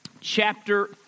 chapter